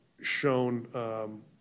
shown